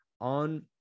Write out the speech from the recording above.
on